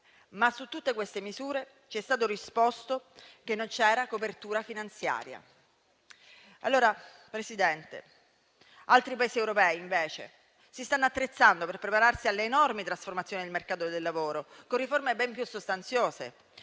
Su tutte queste misure, ci è stato risposto che non c'era copertura finanziaria. Signor Presidente, altri Paesi europei, invece, si stanno attrezzando per prepararsi all'enorme trasformazione del mercato del lavoro con riforme ben più sostanziose.